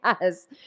Yes